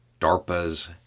DARPA's